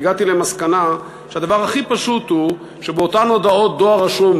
והגעתי למסקנה שהדבר הכי פשוט הוא שבאותן הודעות דואר רשום,